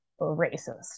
racist